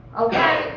Okay